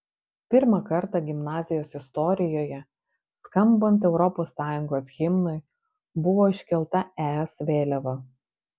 pirmą kartą gimnazijos istorijoje skambant europos sąjungos himnui buvo iškelta es vėliava